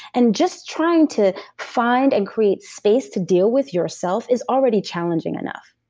and just trying to find and create space to deal with yourself is already challenging enough.